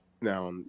now